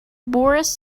boris